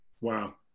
wow